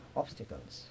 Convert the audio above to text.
obstacles